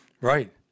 Right